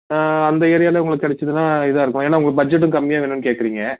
அந்த ஏரியாவில் உங்களுக்கு கிடச்சுதுன்னா இதாக இருக்கும் ஏன்னால் உங்களுக்கு பட்ஜெட்டும் கம்மியா வேணும்னு கேட்கறீங்க